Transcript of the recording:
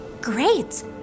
great